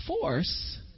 force